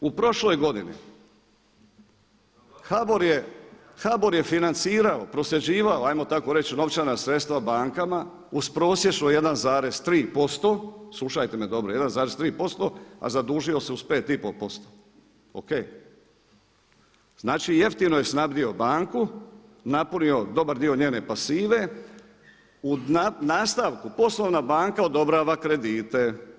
U prošloj godini HBOR je financirao, prosljeđivao ajmo tako reći novčana sredstva bankama uz prosječno 1,3%, slušajte me dobro, 1,3%, a zadužio uz 5,5% o.k., znači jeftino je snabdio banku napunio dobar dio njene pasive u nastavku poslovna banka odobrava kredite.